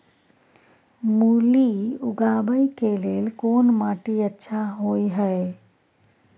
मूली उगाबै के लेल कोन माटी अच्छा होय है?